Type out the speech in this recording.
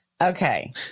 Okay